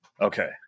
Okay